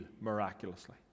miraculously